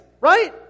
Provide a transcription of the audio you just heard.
right